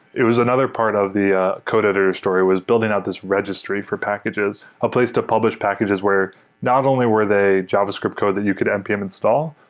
it was another part of the ah code editor story, was building out this registry for packages. a place to publish packages where not only were they javascript code that you could npm install,